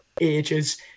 ages